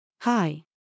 Hi